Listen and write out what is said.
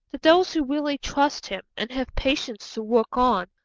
those who really trust him, and have patience to work on,